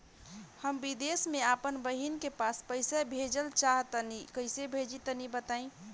हम विदेस मे आपन बहिन के पास पईसा भेजल चाहऽ तनि कईसे भेजि तनि बताई?